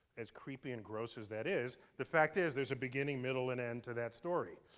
as creepy and gross as that is, the fact is, there's a beginning, middle and end to that story.